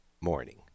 morning